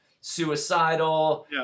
suicidal